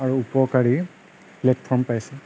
আৰু উপকাৰি প্লেটফৰ্ম পাইছে